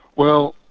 well,